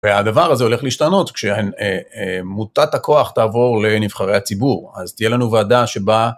והדבר הזה הולך להשתנות כשמוטת הכוח תעבור לנבחרי הציבור אז תהיה לנו ועדה שבה.